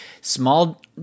small